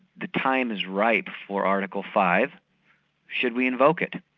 the time is right for article five should we invoke it?